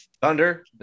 Thunder